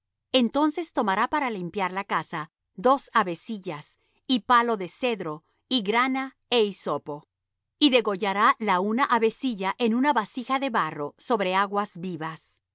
entonces tomará para limpiar la casa dos avecillas y palo de cedro y grana é hisopo y degollará la una avecilla en una vasija de barro sobre aguas vivas